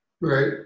Right